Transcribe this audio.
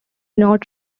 not